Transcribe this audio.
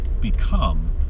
become